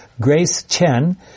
grace-chen